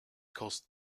caused